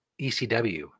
ECW